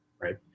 right